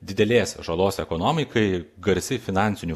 didelės žalos ekonomikai garsi finansinių